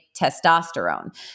testosterone